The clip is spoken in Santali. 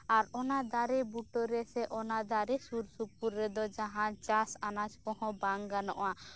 ᱟᱨ ᱚᱱᱟ ᱫᱟᱨᱮ ᱵᱩᱴᱟᱹᱨᱮ ᱥᱮ ᱚᱱᱟ ᱫᱟᱨᱮ ᱥᱩᱨ ᱥᱩᱯᱩᱨ ᱨᱮᱫᱚ ᱡᱟᱦᱟᱸ ᱪᱟᱥ ᱟᱱᱟᱡ ᱠᱚᱦᱚᱸ ᱵᱟᱝ ᱜᱟᱱᱚᱜ ᱟ